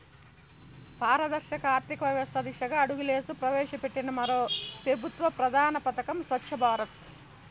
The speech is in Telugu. పారదర్శక ఆర్థికవ్యవస్త దిశగా అడుగులేస్తూ ప్రవేశపెట్టిన మరో పెబుత్వ ప్రధాన పదకం స్వచ్ఛ భారత్